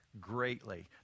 greatly